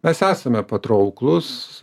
mes esame patrauklūs